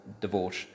divorce